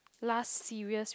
last serious